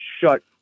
shut